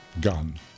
gun